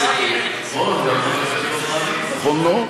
גם חבר הכנסת דב חנין, נכון מאוד.